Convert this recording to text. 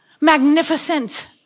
magnificent